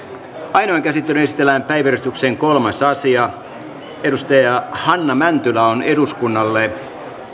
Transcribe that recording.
ainoaan käsittelyyn esitellään päiväjärjestyksen kolmas asia hanna mäntylä on eduskunnalle